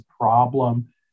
problem